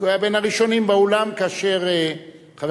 כי הוא היה בין הראשונים באולם כאשר חבר